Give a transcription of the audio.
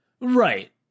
Right